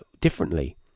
differently